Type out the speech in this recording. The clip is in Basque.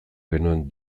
genuen